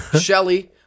Shelly